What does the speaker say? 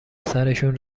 سرشون